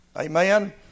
Amen